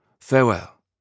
Farewell